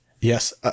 yes